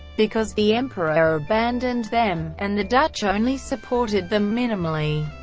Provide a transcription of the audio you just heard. because the emperor abandoned them, and the dutch only supported them minimally.